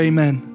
Amen